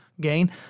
gain